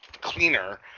cleaner